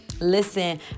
Listen